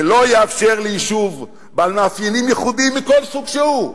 שלא יאפשר ליישוב בעל מאפיינים ייחודיים מכל סוג שהוא,